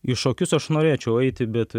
į šokius aš norėčiau eiti bet